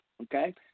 Okay